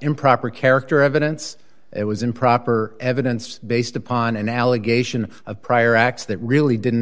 improper character evidence it was improper evidence based upon an allegation of prior acts that really didn't